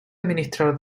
administrar